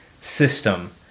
system